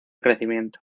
crecimiento